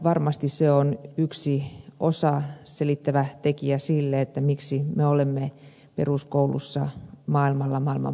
varmasti se on yksi selittävä tekijä siinä miksi me olemme peruskoulussa maailmalla maailman parhaita